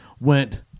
went